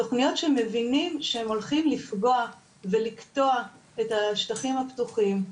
תוכניות שמבינים שהם הולכים לפגוע ולקטוע את השטחים הפתוחים,